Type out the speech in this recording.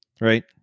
right